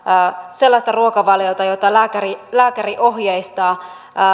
sellaista ruokavaliota jota lääkäri lääkäri ohjeistaa